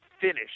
finish